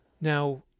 Now